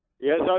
Yes